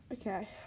Okay